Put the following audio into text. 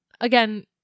again